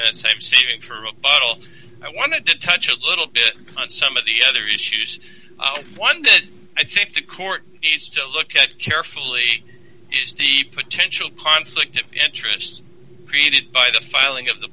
same seating for a bottle i wanted to touch a little bit on some of the other issues one that i think the court is to look at carefully is the potential conflict of interest created by the filing of the